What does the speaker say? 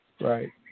Right